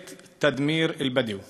(אומר בערבית: הוועדה להרס הבדואים